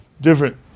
Different